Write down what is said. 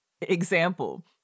example